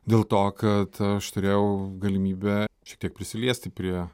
dėl to kad aš turėjau galimybę šiek tiek prisiliesti prie